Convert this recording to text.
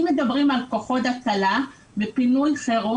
אם מדברים על כוחות הצלה ופינוי חירום,